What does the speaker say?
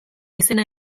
izena